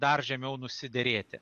dar žemiau nusiderėti